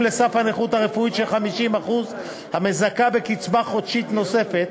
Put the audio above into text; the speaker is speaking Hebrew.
לסף הנכות הרפואית של 50% המזכה בקצבה חודשית נוספת,